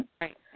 right